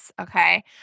okay